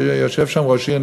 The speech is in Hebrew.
שיושב שם ראש עיר,